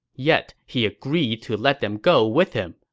yet he agreed to let them go with him,